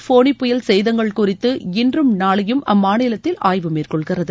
ஃபோனி புயல் சேதங்கள் குறித்து இன்றும் நாளையும் அம்மாநிலத்தில் ஆய்வு மேற்கொள்கிறது